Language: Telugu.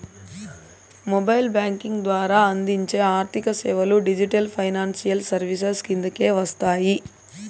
మొబైల్ బ్యాంకింగ్ ద్వారా అందించే ఆర్థిక సేవలు డిజిటల్ ఫైనాన్షియల్ సర్వీసెస్ కిందకే వస్తాయి